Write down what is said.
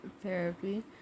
therapy